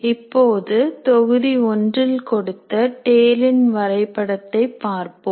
இப்போது தொகுதி ஒன்றில் கொடுத்த டேலின் வரைபடத்தை பார்ப்போம்